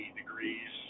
degrees